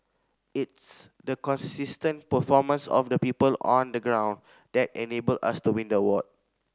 it's the consistent performance of the people on the ground that enabled us to win the award